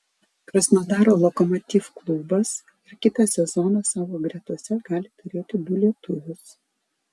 krasnodaro lokomotiv klubas ir kitą sezoną savo gretose gali turėti du lietuvius